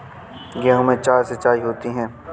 गेहूं में चार सिचाई होती हैं